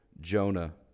Jonah